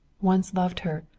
once loved her,